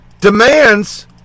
demands